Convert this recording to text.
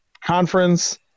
conference